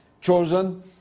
chosen